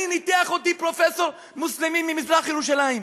אני, ניתח אותי פרופ' מוסלמי ממזרח ירושלים.